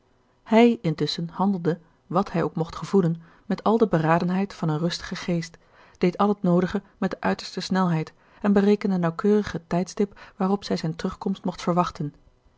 hij intusschen handelde wàt hij ook mocht gevoelen met al de beradenheid van een rustigen geest deed al het noodige met de uiterste snelheid en berekende nauwkeurig het tijdstip waarop zij zijne terugkomst mocht verwachten